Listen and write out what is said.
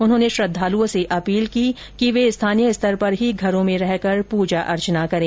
उन्होंने श्रद्वालुओं से अपील की है कि वे स्थानीय स्तर पर ही घरों मे रहकर पूजा अर्चना करें